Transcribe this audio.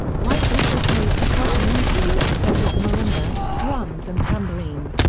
white also plays percussion instruments such as the marimba, drums and tambourine.